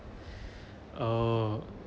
oh